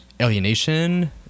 alienation